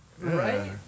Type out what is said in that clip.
Right